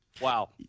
wow